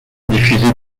diffusait